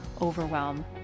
overwhelm